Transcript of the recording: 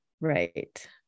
Right